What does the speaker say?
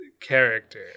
character